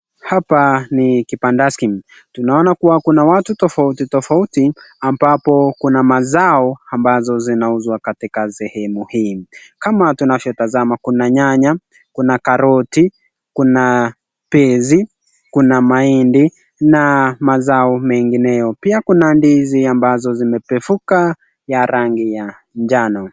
Hapa ni kibandaski , tunaona kuwa kuna watu tofauti tofauti ambapo kuna mazao ambazo zinauzwa katika sehemu hii, kama tunavyotazama kuna nyanya, kuna karoti, kuna pezi, kuna mahindi na mazao mengineyo, pia kuna ndizi ambazo zimepevuka ya rangi ya njano.